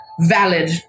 valid